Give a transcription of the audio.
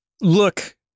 look